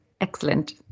Excellent